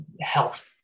health